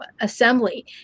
assembly